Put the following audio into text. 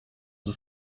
the